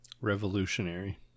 Revolutionary